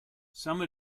some